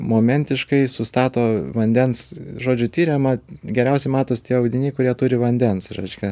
momentiškai sustato vandens žodžiu tiriama geriausiai matos tie audiniai kurie turi vandens reiškia